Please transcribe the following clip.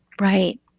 Right